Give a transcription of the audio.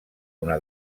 una